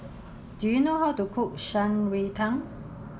do you know how to cook Shan Rui Tang